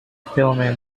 filming